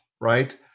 right